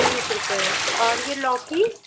तीस रुपये और यह लौकी